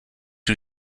who